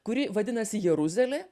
kuri vadinasi jeruzalė